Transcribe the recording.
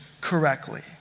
correctly